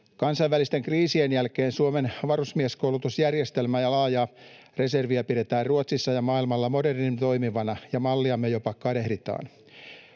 Kansainvälisten kriisien jälkeen Suomen varusmieskoulutusjärjestelmää ja laajaa reserviä pidetään Ruotsissa ja maailmalla modernin toimivana ja malliamme jopa kadehditaan.